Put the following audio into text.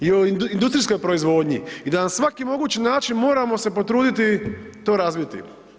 I o industrijskoj proizvodnji i da na svaki mogući način moramo se potruditi to razviti.